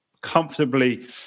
comfortably